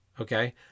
Okay